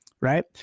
right